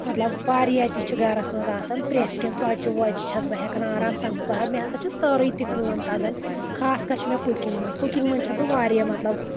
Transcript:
مطلب واریاہ تہِ چھِ گرس منٛز آسان پرٛؠتھ کینٛہہ ژۄچہِ وۄچہِ چھَس بہٕ ہؠکان آرام سان مےٚ ہسا چھِ سٲرٕے تہِ کٲم تگان خاص کر چھُ مےٚ کُکِنٛگ منٛز کُکِنٛگ منٛز چھَس بہٕ واریاہ مطلب